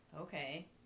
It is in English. okay